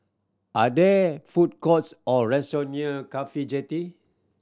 are there food courts or restaurant near CAFHI Jetty